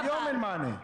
היום אין להם מענה.